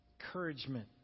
Encouragement